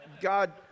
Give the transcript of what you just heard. God